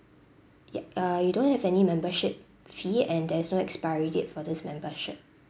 yup uh you don't have any membership fee and there's no expiry date for this membership